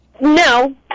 No